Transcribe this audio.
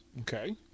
Okay